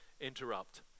interrupt